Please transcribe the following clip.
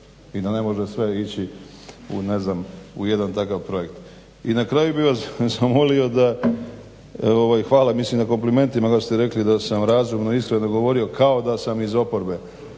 i da ne može sve ići u jedan takav projekt. I na kraju bih vas zamolio da, hvala mislim na komplimentima da ste rekli da sam razumno i iskreno govorio kao da sam iz oporbe.